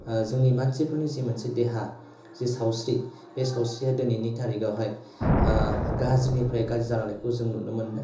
जोंनि मानसिफोरनि जि मोनसे देहा जि सावस्रि बे सावस्रिया दिनैनि तारिकावहाय गाज्रिनिफ्राय गाज्रि जालांनायखौ जों नुनो मोन्दों